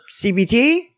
CBT